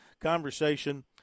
conversation